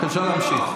בבקשה, להמשיך.